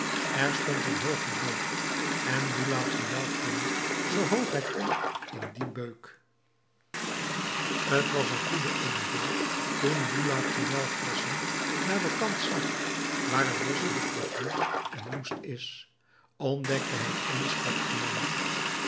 er stond een hooge beuk en boulatruelle klom zoo hoog hij kon in dien beuk t was een goede inval toen boulatruelle vorschend naar den kant zag waar het bosch dicht begroeid en woest is ontdekte hij eensklaps den man